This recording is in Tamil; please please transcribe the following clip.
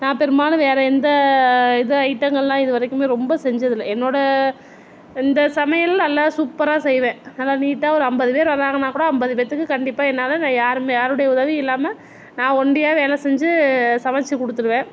நான் பெருமானும் வேறே எந்த இது ஐட்டங்கள்லாம் இது வரைக்குமே ரொம்ப செஞ்சதில்லை என்னோடய எந்த சமையல் நல்லா சூப்பராக செய்வேன் நல்லா நீட்டாக ஒரு ஐம்பது பேர் வராங்கன்னால் கூட ஐம்பது பேத்துக்கு கண்டிப்பாக என்னால் நான் யாருமே யாரோடய உதவியும் இல்லாமல் நான் ஒண்டியாக வேலை செஞ்சு சமைச்சு கொடுத்துருவேன்